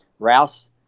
rouse